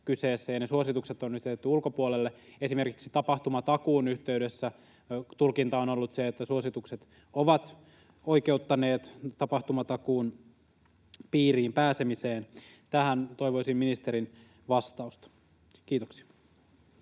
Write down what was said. suositukset on nyt jätetty ulkopuolelle. Esimerkiksi tapahtumatakuun yhteydessä tulkinta on ollut se, että suositukset ovat oikeuttaneet tapahtumatakuun piiriin pääsemiseen. Tähän toivoisin ministerin vastausta. — Kiitoksia.